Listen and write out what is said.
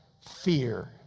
fear